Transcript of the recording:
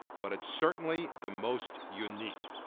but it's certainly the most unique.